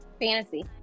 Fantasy